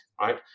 right